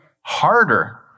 harder